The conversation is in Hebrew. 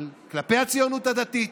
כלפי הציונות הדתית,